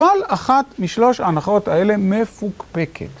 כל אחת משלוש ההנחות האלה מפוקפקת.